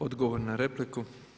Odgovor na repliku.